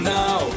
now